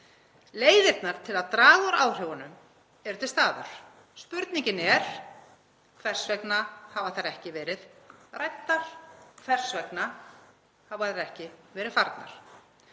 Leiðirnar til að draga úr áhrifunum eru til staðar. Spurningin er: Hvers vegna hafa þær ekki verið ræddar? Hvers vegna hafa þær ekki verið farnar?